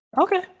Okay